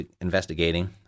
investigating